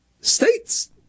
states